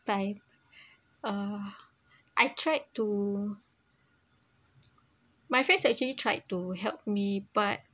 time ah I tried to my friends actually tried to help me but